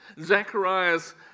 Zechariah's